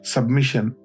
Submission